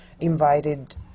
invited